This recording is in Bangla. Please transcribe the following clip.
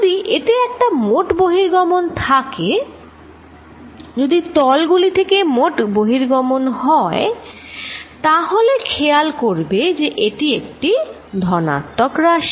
যদি এতে একটা মোট বহির্গমন থাকে যদি তল গুলি থেকে মোট বহির্গমন হয় তাহলে খেয়াল করবে যে এটি একটি ধনাত্মক রাশি